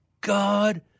God